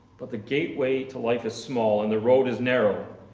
but the gateway to life is small and the road is narrow.